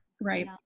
Right